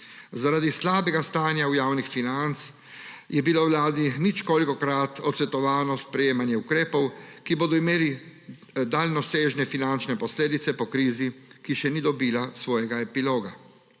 Zaradi slabega stanja javnih financ je bilo Vladi ničkolikokrat odsvetovano sprejemanje ukrepov, ki bodo imeli daljnosežne finančne posledice po krizi, ki še ni dobila svojega epiloga.